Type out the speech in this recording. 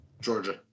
Georgia